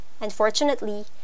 Unfortunately